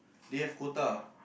they have quota